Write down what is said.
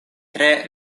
tre